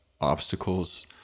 obstacles